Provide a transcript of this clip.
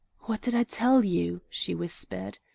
what did i tell you? she whispered.